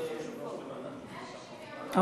כן, מ-6 בינואר.